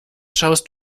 schaust